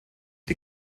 die